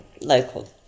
local